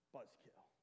Buzzkill